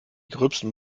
gröbsten